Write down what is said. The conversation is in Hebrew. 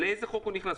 לאיזה חוק הוא נכנס?